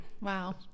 wow